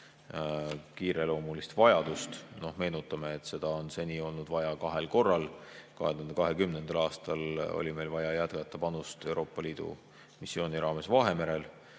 kiireloomuline vajadus. Meenutame, et seda on seni olnud vaja kahel korral. 2020. aastal oli meil vaja jätkata panust Euroopa Liidu missiooni raames Vahemerel.